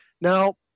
Now